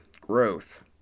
growth